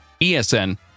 ESN